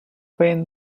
pain